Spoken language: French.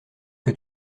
que